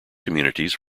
communities